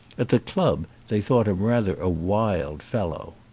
at the club they thought him rather a wild fellow.